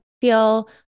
feel